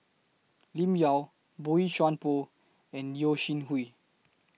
Lim Yau Boey Chuan Poh and Yeo Shih Hui